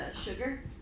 sugar